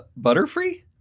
Butterfree